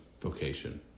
vocation